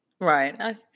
Right